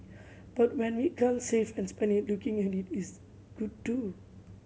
but when we can't save and spend it looking at it is good too